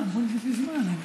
לא, חשבתי שיש לי זמן.